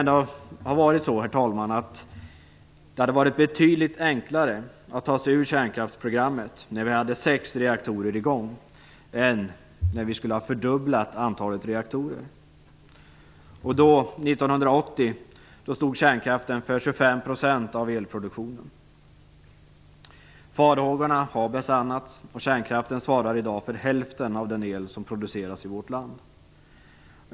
Det hade varit betydligt enklare att ta sig ur kärnkraftsprogrammet när vi hade sex reaktorer i gång än det skulle bli när vi hade fördubblat antalet reaktorer. År 1980 stod kärnkraften för 25 % av elproduktionen. Farhågorna har besannats, och kärnkraften svarar i dag för hälften av den el som produceras i vårt land.